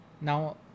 Now